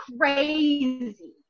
crazy